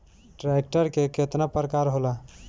Tractor के केतना प्रकार होला?